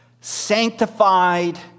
sanctified